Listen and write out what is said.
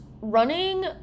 running